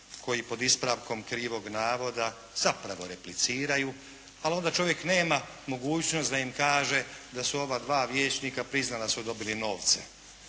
koji pod ispravkom krivog navoda zapravo repliciraju ali onda čovjek nema mogućnost da im kaže da su ova dva vijećnika priznala da su dobili novce.